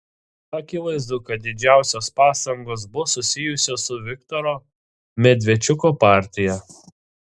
akivaizdu kad didžiausios pastangos bus susijusios su viktoro medvedčiuko partija